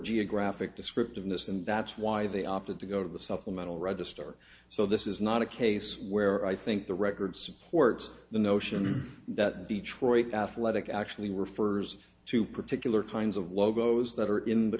geographic descriptivist and that's why they opted to go to the supplemental register so this is not a case where i think the record supports the notion that detroit athletic actually refers to particular kinds of logos that are in th